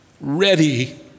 ready